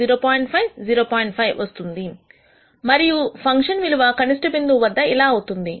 5 వస్తుంది మరియు ఫంక్షన్ విలువ కనిష్ట బిందువు వద్ద ఇలా అవుతుంది